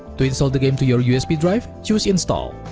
to install the game to your usb drive, choose install